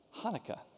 Hanukkah